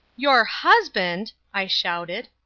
your husband! i shouted.